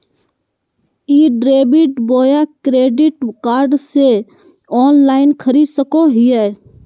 ई debit बोया credit card से online खरीद सको हिए?